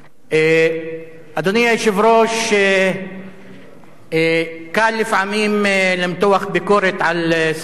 אדוני היושב-ראש, קל לפעמים למתוח ביקורת על שרים.